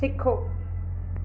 सिखो